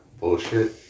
bullshit